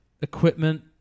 equipment